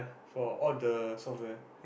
for all the software